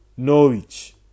Norwich